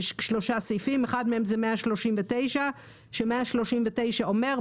יש שלושה סעיפים ואחד מהם הוא 139 כאשר סעיף 139 אומר: